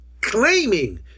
claiming